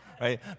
right